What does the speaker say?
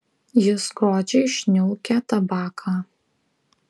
jis godžiai šniaukia tabaką